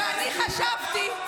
ואני חשבתי,